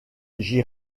j’y